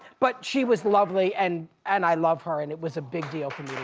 but she was lovely and and i love her, and it was a big deal